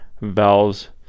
valves